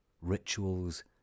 rituals